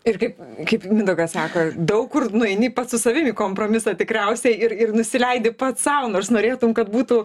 ir kaip kaip mindaugas sako daug kur nueini pats su savim į kompromisą tikriausiai ir ir nusileidi pats sau nors norėtum kad būtų